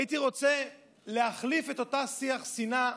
הייתי רוצה להחליף את אותו שיח שנאה,